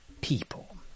people